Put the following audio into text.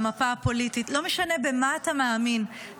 ומתקשה למצוא דוגמה בימי חיי שבה הרגשתי אוויר שנכנס